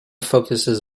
focuses